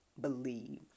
believe